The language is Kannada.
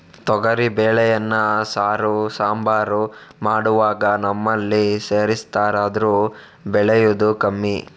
ತೊಗರಿ ಬೇಳೆಯನ್ನ ಸಾರು, ಸಾಂಬಾರು ಮಾಡುವಾಗ ನಮ್ಮಲ್ಲಿ ಸೇರಿಸ್ತಾರಾದ್ರೂ ಬೆಳೆಯುದು ಕಮ್ಮಿ